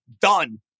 done